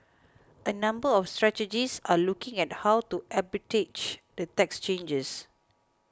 a number of strategists are looking at how to the tax changes